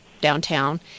downtown